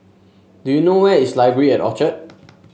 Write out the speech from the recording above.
do you know where is Library at Orchard